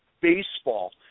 baseball